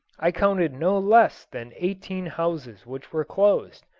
i counted no less than eighteen houses which were closed,